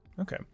Okay